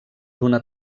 d’una